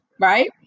Right